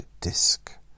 disk